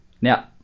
Now